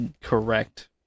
Correct